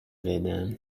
بدم